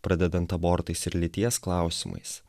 pradedant abortais ir lyties klausimais